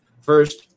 First